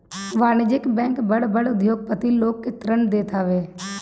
वाणिज्यिक बैंक बड़ बड़ उद्योगपति लोग के ऋण देत हवे